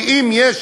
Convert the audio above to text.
ואם יש